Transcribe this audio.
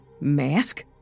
Mask